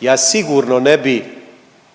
Ja sigurno ne bih